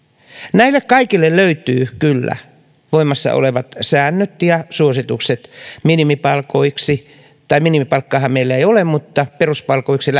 näille kaikille löytyy kyllä voimassa olevat säännöt ja suositukset minimipalkoiksi tai minimipalkkaahan meillä ei ole mutta peruspalkoiksi